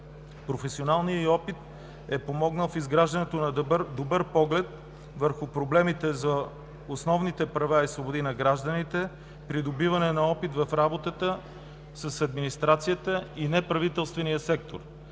Професионалният й опит е помогнал в изграждането на добър поглед върху проблемите за основните права и свободи на гражданите, придобиване на опит в работата с администрацията и неправителствения сектор.